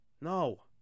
No